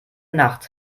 nacht